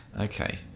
Okay